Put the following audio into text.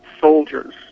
soldiers